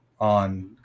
on